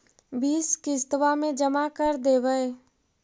बिस किस्तवा मे जमा कर देवै?